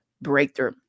breakthrough